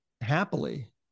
happily